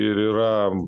ir yra